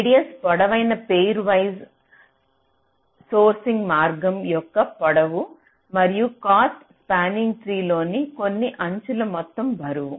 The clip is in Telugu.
రేడియస్ పొడవైన పేర్ వైజ్ సోర్సింగ్ మార్గం యొక్క పొడవు మరియు కాస్ట్ స్పానింగ్ ట్రీ లోని కొన్ని అంచుల మొత్తం బరువు